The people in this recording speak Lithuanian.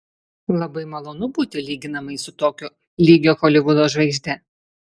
labai malonu būti lyginamai su tokio lygio holivudo žvaigžde